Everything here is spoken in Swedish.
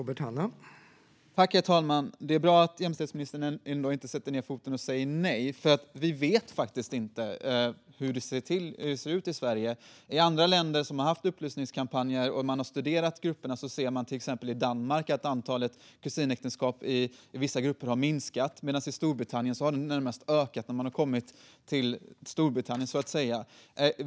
Herr talman! Det är bra att jämställdhetsministern ändå inte sätter ned foten och säger nej. Vi vet faktiskt inte hur det ser ut i Sverige. I andra länder som har haft upplysningskampanjer och där man studerat grupperna ser man, till exempel i Danmark, att antalet kusinäktenskap i vissa grupper har minskat medan de närmast har ökat i Storbritannien.